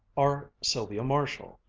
are sylvia marshall,